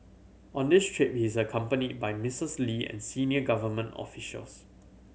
on this trip he is accompanied by Mistress Lee and senior government officials